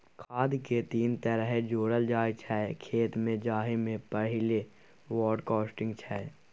खाद केँ तीन तरहे जोरल जाइ छै खेत मे जाहि मे पहिल ब्राँडकास्टिंग छै